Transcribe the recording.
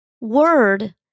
Word